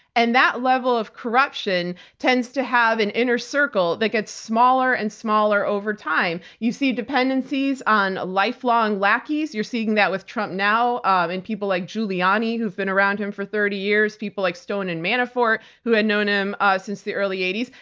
and that level of corruption tends to have an inner circle that gets smaller and smaller over time. you see dependencies on lifelong lackeys, you're seeing that with trump now in and people like giuliani who have been around him for thirty years, people like stone and manafort who had known him ah since the early eighty s,